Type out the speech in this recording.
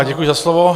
Děkuji za slovo.